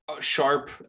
Sharp